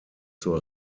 zur